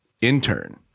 intern